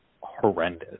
horrendous